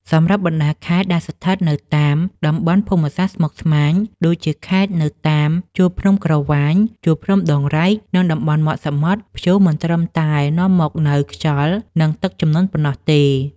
សម្រាប់បណ្ដាខេត្តដែលស្ថិតនៅតាមតំបន់ភូមិសាស្ត្រស្មុគស្មាញ ដូចជាខេត្តនៅតាមជួរភ្នំក្រវាញ ជួរភ្នំដងរែក និងតំបន់មាត់សមុទ្រ ព្យុះមិនត្រឹមតែនាំមកនូវខ្យល់ និងទឹកជំនន់ប៉ុណ្ណោះទេ។